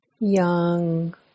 young